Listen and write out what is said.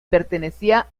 pertenecía